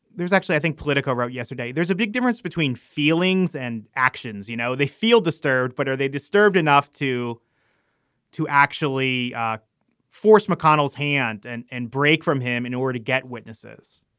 there's actually i think politico wrote yesterday there's a big difference between feelings and actions. you know, they feel disturbed, but are they disturbed enough to to actually force mcconnell's hand and and break from him in order to get witnesses?